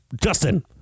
Justin